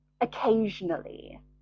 occasionally